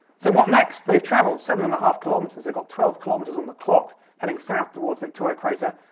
so what next, they've travelled seven and a half kilometres, they've got twelve kilometres on the clock. heading south toward victoria crater,